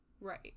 Right